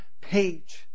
page